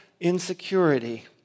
insecurity